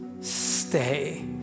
stay